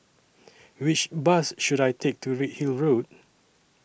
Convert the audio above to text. Which Bus should I Take to Redhill Road